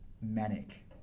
manic